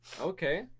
Okay